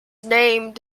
named